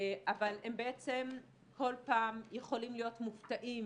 אבל הם בעצם כל פעם יכולים להיות מופתעים